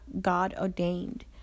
God-ordained